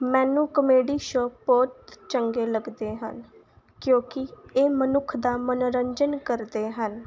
ਮੈਨੂੰ comedy show ਬਹੁਤ ਚੰਗੇ ਲੱਗਦੇ ਹਨ ਕਿਉਂਕਿ ਇਹ ਮਨੁੱਖ ਦਾ ਮਨੋਰੰਜਨ ਕਰਦੇ ਹਨ